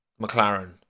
McLaren